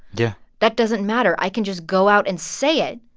yeah that doesn't matter. i can just go out and say it.